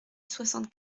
soixante